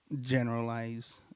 generalize